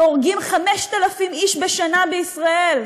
שהורגים 5,000 איש בשנה בישראל.